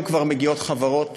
כבר היום מגיעות חברות,